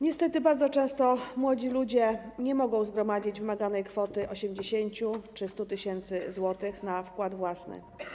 Niestety bardzo często młodzi ludzie nie mogą zgromadzić wymaganej kwoty, 80 tys. zł czy 100 tys. zł, na wkład własny.